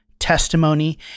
Testimony